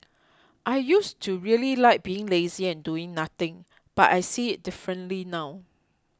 I used to really like being lazy and doing nothing but I see it differently now